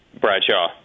Bradshaw